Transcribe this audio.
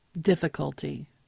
difficulty